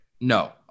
No